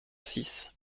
six